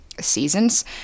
seasons